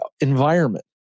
Environment